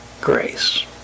grace